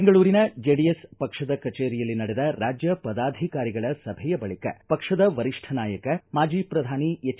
ಬೆಂಗಳೂರಿನ ಜೆಡಿಎಸ್ ಪಕ್ಷದ ಕಜೇರಿಯಲ್ಲಿ ನಡೆದ ರಾಜ್ಯ ಪಾದಾಧಿಕಾರಿಗಳ ಸಭೆಯ ಬಳಿಕ ಪಕ್ಷದ ವರಿಷ್ಠ ನಾಯಕ ಮಾಜಿ ಪ್ರಧಾನಿ ಹೆಜ್